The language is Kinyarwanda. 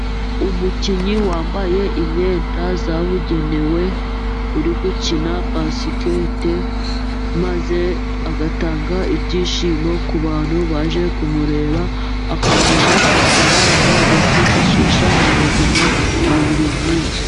Umukinnyi wambaye imyenda yabugenewe uri gukina basikete maze agatanga ibyishimo kubantu baje kumureba, akabona amafaranga yo kwifashisha mu buzima bwa buri munsi